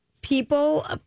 people